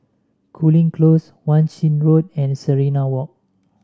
Cooling Close Wan Shih Road and Serenade Walk